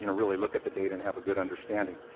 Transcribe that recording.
you know really look at the data and have a good understanding.